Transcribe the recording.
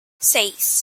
seis